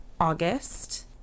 August